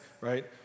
right